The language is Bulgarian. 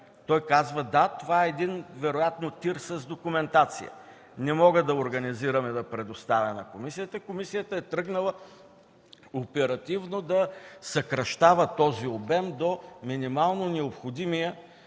Той казва: „Да, вероятно това е един тир с документация. Не мога да организирам и да я предоставя на комисията.” Комисията е тръгнала оперативно да съкращава този обем до минимално необходимия